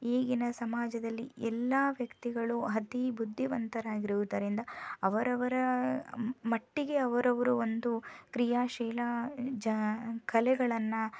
ಈಗಿನ ಸಮಾಜದಲ್ಲಿ ಎಲ್ಲ ವ್ಯಕ್ತಿಗಳು ಅತೀ ಬುದ್ಧಿವಂತರಾಗಿರುವುದರಿಂದ ಅವರವರ ಮಟ್ಟಿಗೆ ಅವರವರು ಒಂದು ಕ್ರಿಯಾಶೀಲ ಕಲೆಗಳನ್ನ